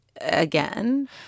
again